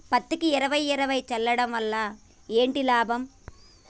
పత్తికి ఇరవై ఇరవై చల్లడం వల్ల ఏంటి లాభం?